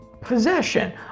possession